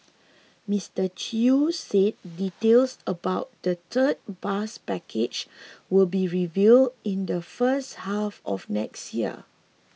Mister Chew said details about the third bus package will be revealed in the first half of next year